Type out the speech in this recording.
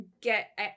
get